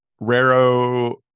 raro